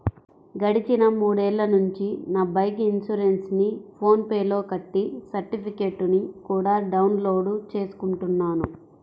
గడిచిన మూడేళ్ళ నుంచి నా బైకు ఇన్సురెన్సుని ఫోన్ పే లో కట్టి సర్టిఫికెట్టుని కూడా డౌన్ లోడు చేసుకుంటున్నాను